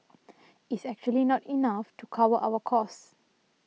is actually not enough to cover our cost